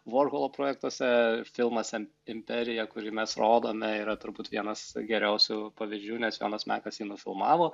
vorholo projektuose filmuose imperija kurį mes rodome yra turbūt vienas geriausių pavyzdžių nes jonas mekas jį nufilmavo